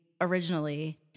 originally